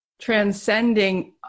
transcending